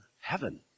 heaven